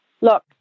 look